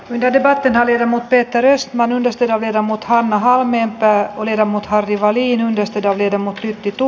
mikäli patten oli muttei peres vannon esteenä vetää mut hanna halmeenpää oli mut harri väliin työstä ja viedä mut kituu